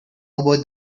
about